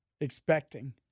expecting